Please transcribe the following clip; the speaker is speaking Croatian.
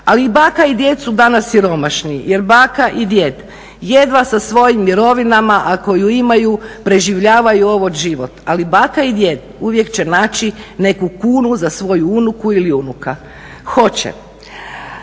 Ali i baka i djed su danas siromašni, jer baka i djed jedva sa svojim mirovinama ako ju imaju preživljavaju ovaj život. Ali baka i djed uvijek će naći neku kunu za svoju unuku ili unuka, hoće.